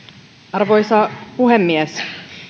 arvoisa puhemies